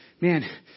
man